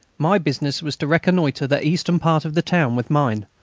my business was to reconnoitre the eastern part of the town with mine,